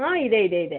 ಹಾಂ ಇದೆ ಇದೆ ಇದೆ